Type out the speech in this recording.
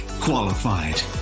qualified